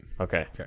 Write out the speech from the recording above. Okay